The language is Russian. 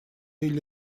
или